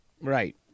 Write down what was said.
right